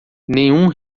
nenhum